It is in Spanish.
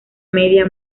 media